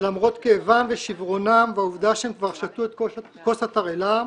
שלמרות כאבם ושברונם והעובדה שהם כבר שתו את כוס התרעלה,